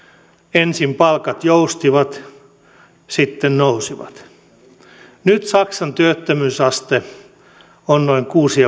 ensin palkat joustivat sitten nousivat nyt saksan työttömyysaste on noin kuusi